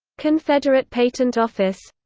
confederate patent office